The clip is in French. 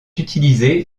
utilisé